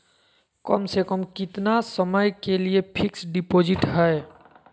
कम से कम कितना समय के लिए फिक्स डिपोजिट है?